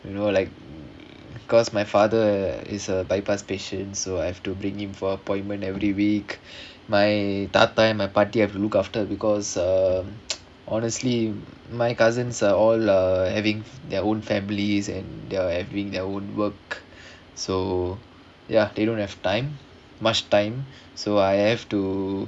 you know like because my father is a bypass patients so I have to bring him for appointment every week my thatha paati paati have look after because um honestly my cousins are all uh having their own families and they're having their own work so ya they don't have time much time so I have to